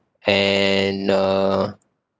and uh